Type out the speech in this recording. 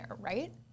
right